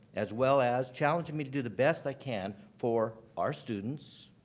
as well as challenging me to do the best i can for our students,